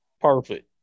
perfect